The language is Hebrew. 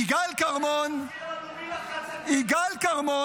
יגאל כרמון --- מי לחץ את ידו?